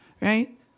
right